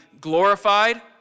glorified